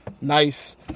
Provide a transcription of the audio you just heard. nice